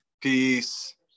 Peace